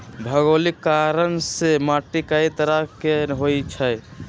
भोगोलिक कारण से माटी कए तरह के होई छई